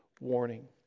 warning